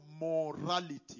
morality